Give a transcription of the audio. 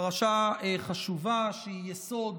פרשה חשובה שהיא יסוד